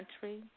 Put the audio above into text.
country